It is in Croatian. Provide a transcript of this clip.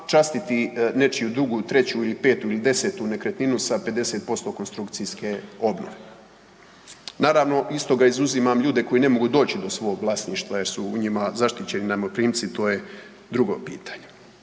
častiti nečiju drugu, treću, petu ili desetu nekretninu sa 50% konstrukcijske obnove. Naravno iz toga izuzimam ljude koji ne mogu doći do svog vlasništva jer su u njima zaštićeni najmoprimci, to je drugo pitanje.